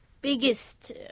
biggest